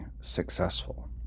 successful